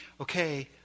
okay